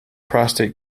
prostate